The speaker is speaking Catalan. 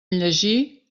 llegir